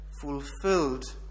fulfilled